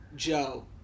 Joe